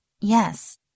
Yes